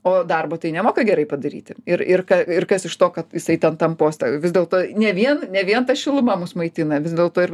o darbo tai nemoka gerai padaryti ir ir ir kas iš to kad jisai ten tam poste vis dėlto ne vien ne vien ta šiluma mus maitina vis dėlto ir